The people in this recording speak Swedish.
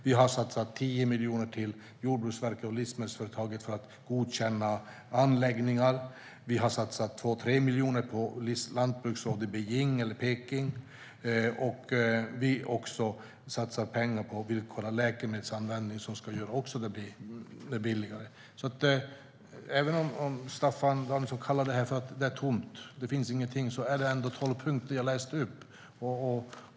Vi har satsat 10 miljoner på Jordbruksverket och Livsmedelsföretagen för att godkänna anläggningar. Vi har satsat 2-3 miljoner på lantbruksråd i Peking. Vi satsar också pengar på villkorad läkemedelsanvändning som också ska göra det billigare. Även om Staffan Danielsson kallar det för att det är tomt och säger att det inte finns någonting är det ändå tolv punkter som jag läste upp.